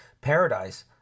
Paradise